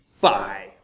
Bye